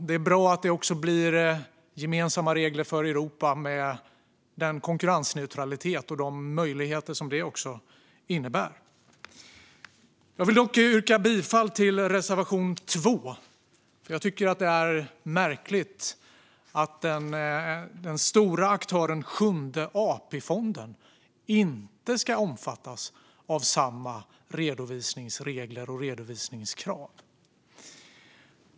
Det är bra att det också blir gemensamma regler för Europa med den konkurrensneutralitet och de möjligheter som det också innebär. Jag vill dock yrka bifall till reservation 2. Jag tycker att det är märkligt att den stora aktören, Sjunde AP-fonden, inte ska omfattas av samma redovisningsregler och redovisningskrav.